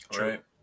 Right